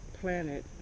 planet